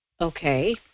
Okay